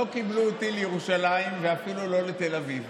לא קיבלו אותי לירושלים ואפילו לא לתל אביב,